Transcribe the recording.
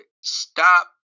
stop